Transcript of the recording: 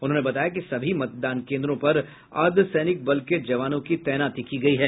उन्होंने बताया कि सभी मतदान कोन्द्रों पर अर्द्वसैनिक बल के जवानों की तैनाती की गयी है